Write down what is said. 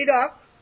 up